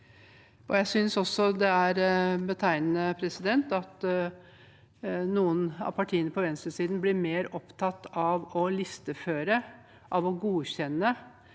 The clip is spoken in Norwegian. Jeg synes også det er betegnende at noen av partiene på venstresiden blir mer opptatt av å listeføre og godkjenne